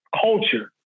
culture